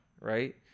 right